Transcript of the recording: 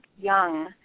young